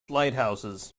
lighthouses